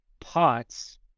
POTS